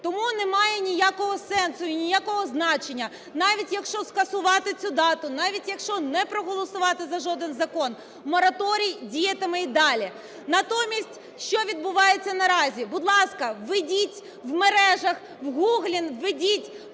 Тому немає ніякого сенсу і ніякого значення, навіть якщо скасувати цю дату, навіть якщо не проголосувати за жоден закон, мораторій діятиме і далі. Натомість, що відбувається наразі? Будь ласка, введіть в мережах, в Google введіть